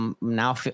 now